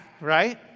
right